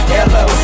Hello